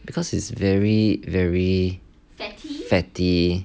because it's very very fatty fatty